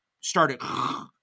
started